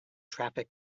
traffic